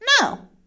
no